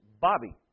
Bobby